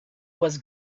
was